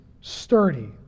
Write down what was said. sturdy